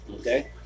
Okay